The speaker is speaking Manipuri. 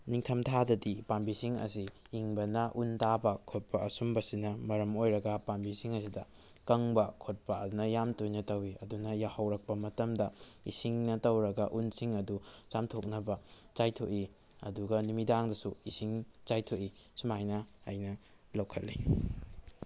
ꯅꯤꯡꯊꯝꯊꯥꯗꯗꯤ ꯄꯥꯝꯕꯤꯁꯤꯡ ꯑꯁꯤ ꯏꯪꯕꯅ ꯎꯟ ꯇꯥꯕ ꯈꯣꯠꯄ ꯑꯁꯨꯝꯕꯁꯤꯅ ꯃꯔꯝ ꯑꯣꯏꯔꯒ ꯄꯥꯝꯕꯤꯁꯤꯡ ꯑꯁꯤꯗ ꯀꯪꯕ ꯈꯣꯠꯄ ꯑꯗꯨꯅ ꯌꯥꯝ ꯇꯣꯏꯅ ꯇꯧꯋꯤ ꯑꯗꯨꯅ ꯌꯥꯍꯧꯔꯛꯄ ꯃꯇꯝꯗ ꯏꯁꯤꯡꯅ ꯇꯧꯔꯒ ꯎꯟꯁꯤꯡ ꯑꯗꯨ ꯆꯥꯝꯊꯣꯛꯅꯕ ꯆꯥꯏꯊꯣꯛꯏ ꯑꯗꯨꯒ ꯅꯨꯃꯤꯗꯥꯡꯗꯁꯨ ꯏꯁꯤꯡ ꯆꯥꯏꯊꯣꯛꯏ ꯁꯨꯃꯥꯏꯅ ꯑꯩꯅ ꯂꯧꯈꯠꯂꯤ